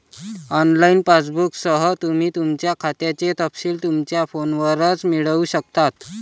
online पासबुकसह, तुम्ही तुमच्या खात्याचे तपशील तुमच्या फोनवरच मिळवू शकता